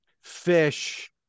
fish